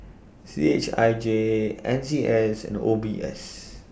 C H I J N C S and O B S